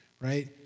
Right